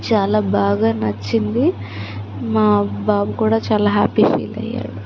చాలా బాగా నచ్చింది మా బాబు కూడా చాలా హ్యాపీగా ఫీల్ అయ్యాడు